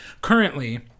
currently